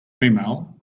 female